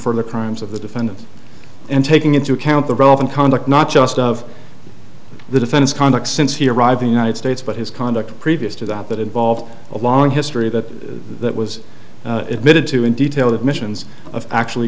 for the crimes of the defendant and taking into account the relevant conduct not just of the defense conduct since he arrived the united states but his conduct previous to that that involved a long history of that that was admitted to in detail the missions of actually